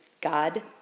God